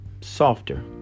softer